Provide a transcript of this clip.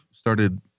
started